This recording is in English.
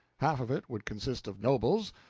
half of it should consist of nobles,